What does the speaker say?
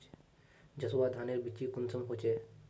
जसवा धानेर बिच्ची कुंसम होचए?